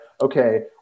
okay